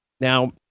Now